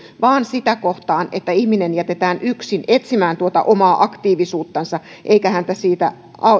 vaan sitä kohtaan että ihminen jätetään yksin etsimään tuota omaa aktiivisuuttansa eikä häntä